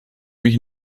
mich